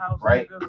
right